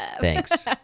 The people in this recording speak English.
Thanks